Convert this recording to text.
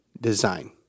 design